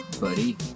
buddy